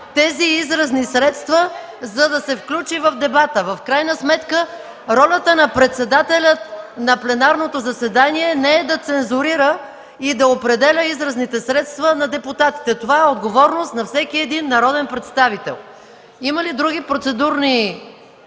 тези изразни средства, за да се включи в дебата. В крайна сметка ролята на председателя на пленарното заседание не е да цензурира и да определя изразните средства на депутатите – това е отговорност на всеки един народен представител. Има ли други процедурни